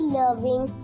loving